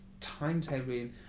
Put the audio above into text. timetabling